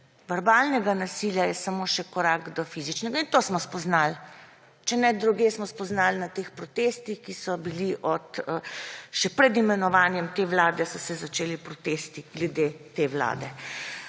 verbalnega nasilja je samo še korak do fizičnega; in to smo spoznali. Če ne drugje smo spoznali na teh protestih, ki so se še pred imenovanjem te vlade protesti glede te vlade.